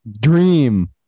dream